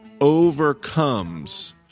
overcomes